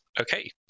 Okay